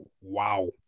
wow